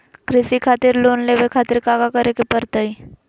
कृषि खातिर लोन लेवे खातिर काका करे की परतई?